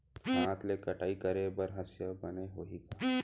हाथ ले कटाई करे बर हसिया बने होही का?